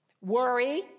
Worry